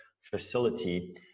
facility